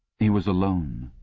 he was alone.